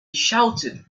shouted